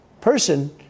person